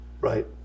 Right